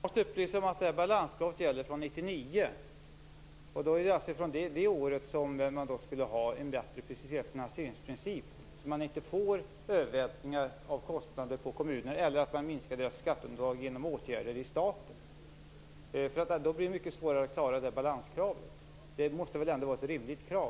Fru talman! Jag måste upplysa om att balanskravet gäller från 1999. Det är alltså från det året man borde ha en bättre preciserad finansieringsprincip, så att man inte gör övervältringar av kostnader på kommunerna eller minskar deras skatteunderlag genom statliga åtgärder. Då får de mycket svårare att klara balanskravet. Det måste väl ända vara ett rimligt krav?